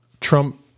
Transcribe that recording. Trump